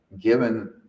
given